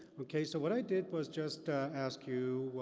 okay, so what i did was just ask you,